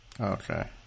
Okay